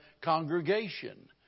congregation